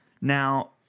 Now